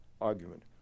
argument